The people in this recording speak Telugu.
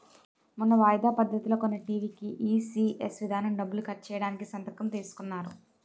మొన్న వాయిదా పద్ధతిలో కొన్న టీ.వి కీ ఈ.సి.ఎస్ విధానం డబ్బులు కట్ చేయడానికి సంతకం తీసుకున్నారు